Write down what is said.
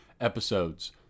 episodes